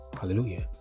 hallelujah